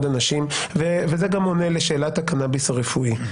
וזה גם עונה לשאלת הקנאביס הרפואי.